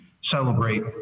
celebrate